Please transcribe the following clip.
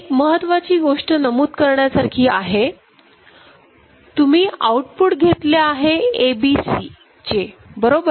एक महत्त्वाची गोष्ट नमूद करण्यासारखी आहे तुम्ही आउटपुट घेतले आहे ABC चे बरोबर